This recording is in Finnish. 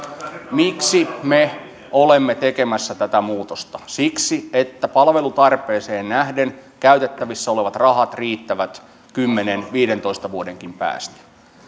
miksi me olemme tekemässä tätä muutosta siksi että palvelutarpeeseen nähden käytettävissä olevat rahat riittävät kymmenen viiva viidentoista vuodenkin päästä